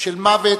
של מוות,